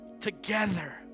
together